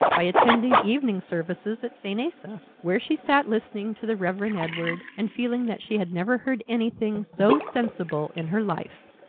by attending evening service at st. asaph's, where she sat listening to the reverend edward, and feeling that she had never heard anything so sensible in her life.